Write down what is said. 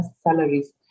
salaries